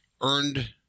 earned